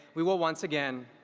we will, once again,